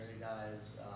guys